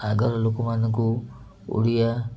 ଆଗରୁ ଲୋକମାନଙ୍କୁ ଓଡ଼ିଆ